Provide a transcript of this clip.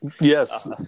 yes